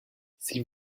sie